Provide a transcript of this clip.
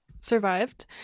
survived